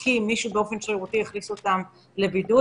כי מישהו באופן שרירותי הכניס אותם לבידוד.